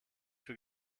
für